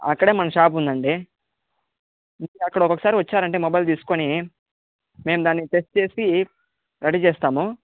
అక్కడే మన షాప్ ఉందండి మీరు అక్కడికి ఒకసారి వచ్చారంటే మొబైల్ తీసుకుని మేము దాన్ని టెస్ట్ చేసి రెడీ చేస్తాము